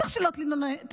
בטח שלא תתלונן.